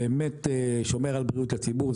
באמת שומר על בריאות הציבור,